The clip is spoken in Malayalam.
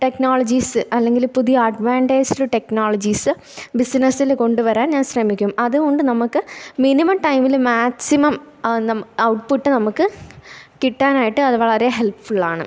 ടെക്നോളജീസ് അല്ലെങ്കിൽ പുതിയ അഡ്വാൻറ്റൈസ്ഡ് ടെക്നോളജീസ് ബിസിനസ്സിൽ കൊണ്ടു വരാൻ ഞാൻ ശ്രമിക്കും അതുകൊണ്ട് നമുക്ക് മിനിമം ടൈമിൽ മാക്സിമം ആ നമ ഔട്ട് പുട്ട് നമുക്ക് കിട്ടാനായിട്ട് അതു വളരെ ഹെല്പ്ഫുള്ളാണ്